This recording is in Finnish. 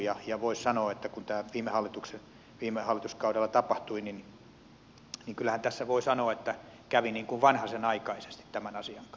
kyllähän tässä voisi sanoa että kun tämä viime hallituskaudella tapahtui niin kävi kyllä niin kuin vanhasenaikaisesti tämän asian kanssa